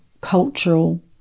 cultural